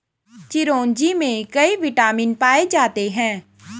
चिरोंजी में कई विटामिन पाए जाते हैं